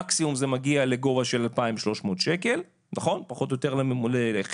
מקסימום זה מגיע לגובה של 2,300 פחות או יותר ליחיד,